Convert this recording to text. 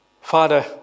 Father